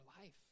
life